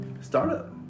startup